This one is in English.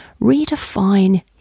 Redefine